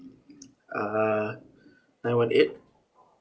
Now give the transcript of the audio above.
uh nine one eight